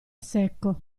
secco